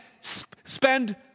spend